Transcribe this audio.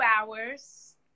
hours